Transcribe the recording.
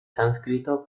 sánscrito